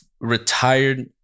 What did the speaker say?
retired